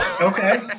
Okay